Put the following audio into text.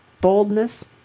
boldness